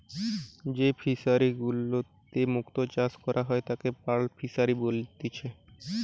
যেই ফিশারি গুলাতে মুক্ত চাষ করা হয় তাকে পার্ল ফিসারী বলেতিচ্ছে